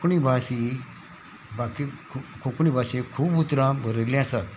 कोंकणी भास ही बाकी कोंकणी भाशेक खूब उतरां बरयल्लीं आसात